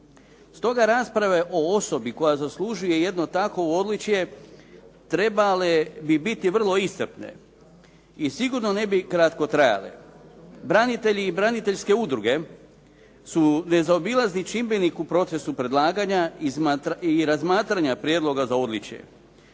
Stoga rasprave o osobi koja zaslužuje jedno takvo odličje trebale bi biti vrlo iscrpne i sigurno ne bi kratko trajale. Branitelji i braniteljske udruge su nezaobilazni čimbenik u procesu predlaganja i razmatranja prijedloga za odličje.